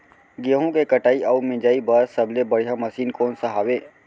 गेहूँ के कटाई अऊ मिंजाई बर सबले बढ़िया मशीन कोन सा हवये?